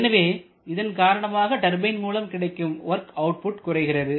எனவே இதன் காரணமாக டர்பைன் மூலம் கிடைக்கும் வொர்க் அவுட்புட் குறைகிறது